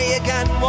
again